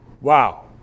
Wow